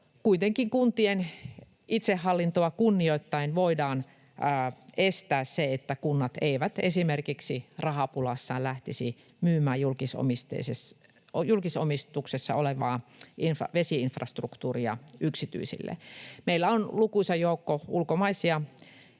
kuitenkin kuntien itsehallintoa kunnioittaen voidaan estää se, että kunnat esimerkiksi rahapulassaan lähtisivät myymään julkisomistuksessa olevaa vesi-infrastruktuuria yksityisille. Meillä on lukuisa joukko ulkomaisia